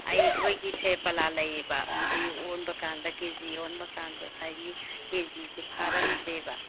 ꯑꯩꯈꯣꯏꯒꯤ ꯁꯦꯔꯐꯂꯥ ꯂꯩꯌꯦꯕ ꯑꯗꯨꯗꯒꯤ ꯑꯣꯟꯕ ꯀꯥꯟꯗ ꯀꯦꯖꯤ ꯑꯣꯟꯕ ꯀꯥꯟꯗ ꯉꯁꯥꯏꯒꯤ ꯀꯦꯖꯤꯁꯤ ꯐꯥꯔꯝꯗ꯭ꯔꯦꯕ